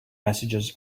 messages